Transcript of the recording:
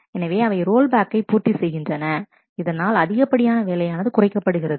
எனவே அவை ரோல் பேக்கை பூர்த்தி செய்கின்றன இதனால் அதிகப்படியான வேலையானது குறைக்கப்படுகிறது